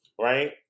right